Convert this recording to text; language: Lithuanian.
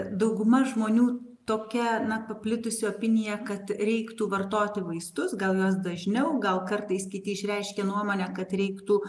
dauguma žmonių tokia na paplitusi opinija kad reiktų vartoti vaistus gal juos dažniau gal kartais kiti išreiškia nuomonę kad reiktų